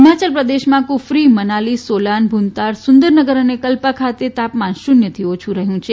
હિમાચલ પ્રદેશમાં કુફ્રી મનાલી સોલાન ભુન્તાર સુંદરનગર અને કલ્પા ખાતે તાપમાન શૂન્યથી ઓછું રહ્યું છે